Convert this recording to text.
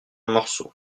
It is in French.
morceau